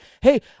hey